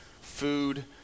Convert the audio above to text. food